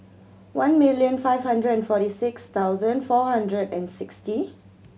one million five hundred and forty six thousand four hundred and sixty